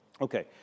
Okay